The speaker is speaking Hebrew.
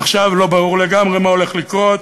עכשיו לא ברור לגמרי מה הולך לקרות.